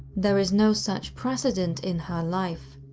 there is no such precedent in her life.